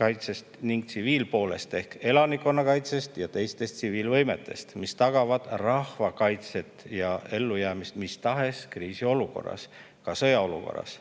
kaitses ning tsiviilpooles, ehk [koosneb] elanikkonnakaitsest ja teistest tsiviilvõimetest, mis tagavad rahva kaitse ja ellujäämise mis tahes kriisiolukorras, ka sõjaolukorras.